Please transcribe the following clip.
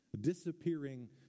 disappearing